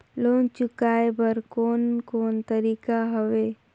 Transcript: Loan चुकाए बर कोन कोन तरीका हवे?